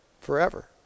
forever